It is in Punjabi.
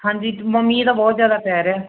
ਹਾਂਜੀ ਬ ਮੀਂਹ ਤਾਂ ਬਹੁਤ ਜ਼ਿਆਦਾ ਪੈ ਰਿਹਾਂ